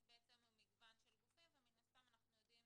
יש מגוון של גופים ומן הסתם אנחנו יודעים